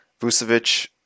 Vucevic